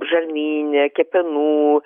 žarnyne kepenų